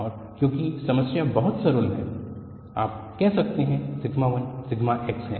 और क्योंकि समस्या बहुत सरल है आप कह सकते हैं सिग्मा 1 सिग्मा x है